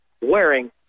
wearing